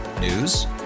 News